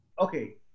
Okay